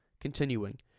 continuing